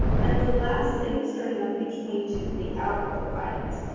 and the last thing, starting on page twenty two, is the output files.